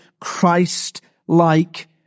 Christ-like